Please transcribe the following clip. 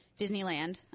Disneyland